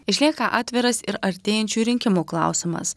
išlieka atviras ir artėjančių rinkimų klausimas